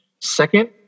Second